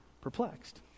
perplexed